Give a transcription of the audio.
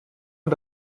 und